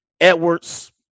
Edwards